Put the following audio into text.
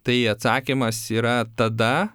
tai atsakymas yra tada